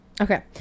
okay